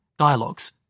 dialogues